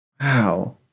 Wow